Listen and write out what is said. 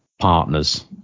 partners